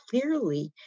clearly